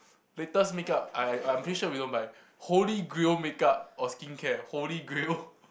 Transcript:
latest make-up I I'm pretty sure we don't buy holy grail make-up or skincare holy grail